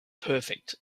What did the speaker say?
perfect